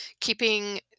keeping